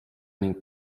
ning